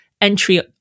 entry